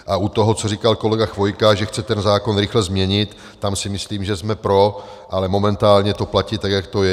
A u toho, co říkal kolega Chvojka, že chce ten zákon rychle změnit, tam si myslím, že jsme pro, ale momentálně to platí tak, jak to je.